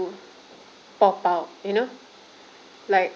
to pop out you know like